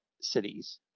cities